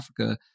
Africa